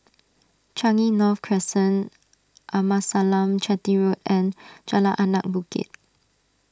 Changi North Crescent Amasalam Chetty Road and Jalan Anak Bukit